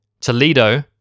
Toledo